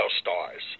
stars